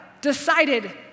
decided